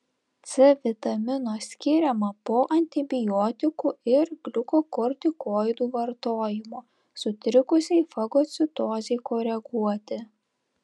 c vitamino skiriama po antibiotikų ir gliukokortikoidų vartojimo sutrikusiai fagocitozei koreguoti